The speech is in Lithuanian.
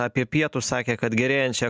apie pietus sakė kad gerėjančią